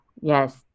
Yes